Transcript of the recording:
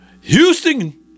Houston